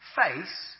face